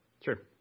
Sure